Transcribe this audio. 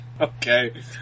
Okay